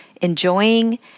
enjoying